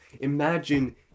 Imagine